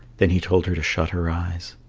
then he told her to shut her eyes.